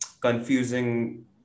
confusing